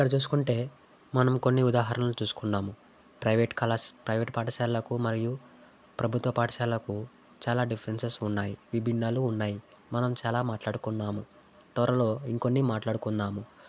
ఇక్కడ చూసుకుంటే మనం కొన్ని ఉదాహరణలు చూసుకున్నాము ప్రైవేట్ కళాశా ప్రైవేట్ పాఠశాలలకు మరియు ప్రభుత్వ పాఠశాలకు చాలా డిఫరెన్సెస్ ఉన్నాయి విభిన్నాలు ఉన్నాయి మనం చాలా మాట్లాడుకున్నాము త్వరలో ఇంకొన్ని మాట్లాడుకుందాము